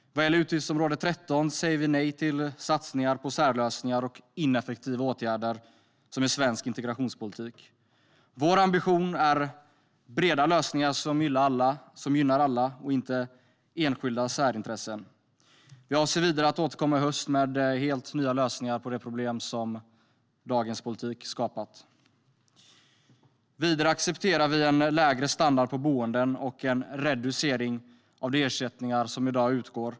Vad gäller utgiftsområde 13 säger vi nej till satsningar på särlösningar och ineffektiva åtgärder i svensk integrationspolitik. Vår ambition är breda lösningar som gynnar alla, inte enskilda särintressen. Vi avser vidare att återkomma i höst med helt nya lösningar på de problem som dagens politik skapat. Vidare accepterar vi en lägre standard på boenden och en reducering av de ersättningar som i dag utgår.